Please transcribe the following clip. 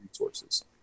resources